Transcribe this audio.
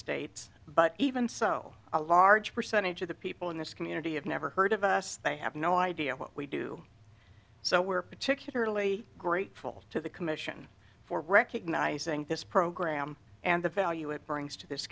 states but even so a large percentage of the people in this community have never heard of us they have no idea what we do so we're particularly grateful to the commission for recognizing this program and the value it brings to this